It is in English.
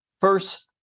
first